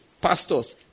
pastors